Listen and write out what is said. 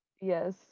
Yes